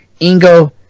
Ingo